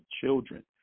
children